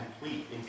complete